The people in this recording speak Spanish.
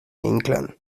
inclán